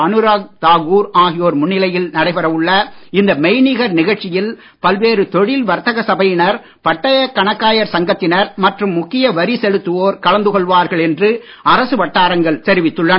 அனுராக் தாக்கூர் ஆகியோர் முன்னிலையில் நடைபெற உள்ள இந்த மெய் நிகர் நிகழ்ச்சியில் பல்வேறு தொழில் வர்த்தக சபையினர் பட்டயக் கணக்காயர் சங்கத்தினர் மற்றும் முக்கிய வரி செலுத்துவோர் கலந்து கொள்வார்கள் என்று அரசு வட்டாரங்கள் தெரிவித்துள்ளன